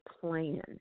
plan